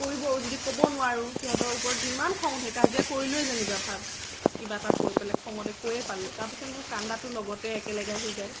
কৰিব যদি ক'ব নোৱাৰোঁ সিহঁতৰ ওপৰত যিমান খং উঠে কাজিয়া কৰিলোৱেই যেনিবা কিবা এটা কৈ পেলাই খঙতে কৈয়ে পালোঁ তাৰ পিছত মোৰ কান্দাটো লগতে একেলগে আহি যায়